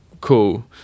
cool